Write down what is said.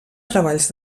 treballs